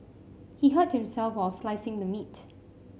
he hurt himself while slicing the meat